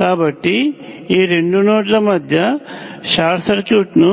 కాబట్టి ఈ రెండు నోడ్ల మధ్య షార్ట్ సర్క్యూట్ను